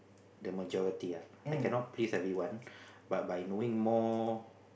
the majority ah I cannot please everyone but by knowing more